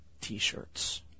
T-shirts